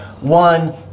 One